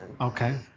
Okay